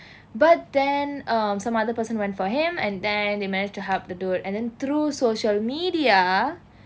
but then um some other person went for him and then they managed to help the dude and then through social media